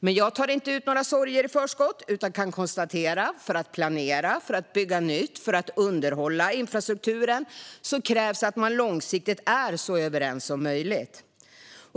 Jag tar dock inte ut några sorger i förskott utan kan konstatera att det för att planera, för att bygga nytt och för att underhålla infrastrukturen krävs att man långsiktigt är så överens som möjligt.